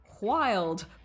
wild